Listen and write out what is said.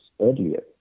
earlier